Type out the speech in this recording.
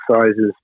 sizes